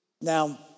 Now